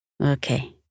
Okay